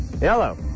Yellow